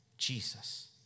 Jesus